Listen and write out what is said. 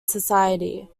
society